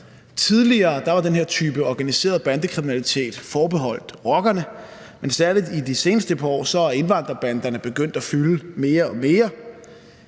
Tidligere var den her type organiseret bandekriminalitet forbeholdt rockerne, men særlig i de seneste par år er indvandrerbanderne begyndt at fylde mere og mere.